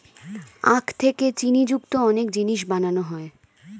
আখ থেকে চিনি যুক্ত অনেক জিনিস বানানো হয়